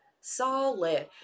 Solid